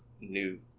new